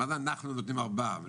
מה זה אנחנו נותנים ארבעה מיליארד?